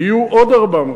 יהיו עוד 400,